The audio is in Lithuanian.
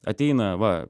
ateina va